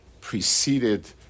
preceded